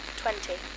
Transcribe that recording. twenty